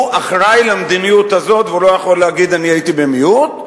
הוא אחראי למדיניות הזאת והוא לא יכול להגיד: הייתי במיעוט.